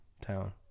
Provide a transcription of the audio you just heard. town